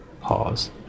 pause